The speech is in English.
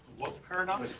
what paradox?